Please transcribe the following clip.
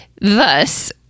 Thus